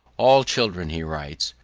all children, he writes,